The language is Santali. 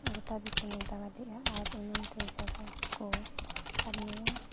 ᱜᱳᱴᱟ ᱫᱤᱥᱚᱢᱮ ᱫᱟᱬᱟ ᱞᱮᱫᱟ ᱟᱨ ᱤᱱᱟᱹᱛᱮ ᱡᱟᱭᱜᱟ ᱠᱚ ᱟᱨ ᱱᱚᱣᱟ